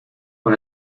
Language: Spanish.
con